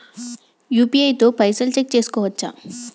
UPI తో పైసల్ check చేసుకోవచ్చా?